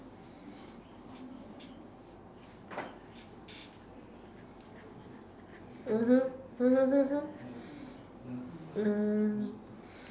mmhmm